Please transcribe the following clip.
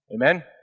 Amen